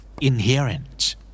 Inherent